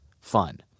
fun